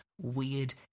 weird